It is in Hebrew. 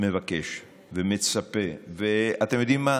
מבקש ומצפה, ואתם יודעים מה?